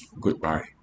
Goodbye